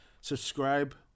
subscribe